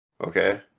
okay